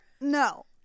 No